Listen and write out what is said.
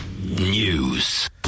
News